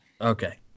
Okay